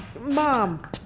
Mom